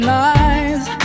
lies